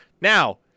now